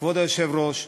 כבוד היושב-ראש,